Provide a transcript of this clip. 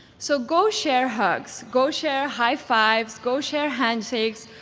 so go share hugs. go share high fives. go share handshakes.